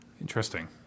interesting